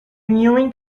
mewing